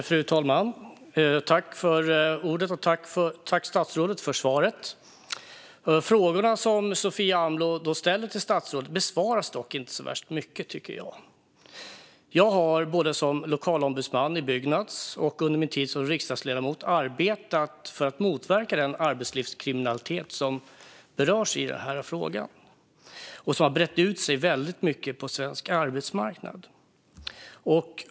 Fru talman! Jag tackar statsrådet för svaret. Frågorna som Sofia Amloh ställer till statsrådet besvaras dock inte så mycket, tycker jag. Jag har som lokal ombudsman i Byggnads och under min tid som riksdagsledamot arbetat för att motverka den arbetslivskriminalitet som berörs i frågan och som har brett ut sig på svensk arbetsmarknad.